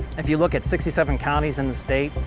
if you look at sixty seven counties in the state,